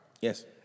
Yes